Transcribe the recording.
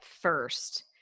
first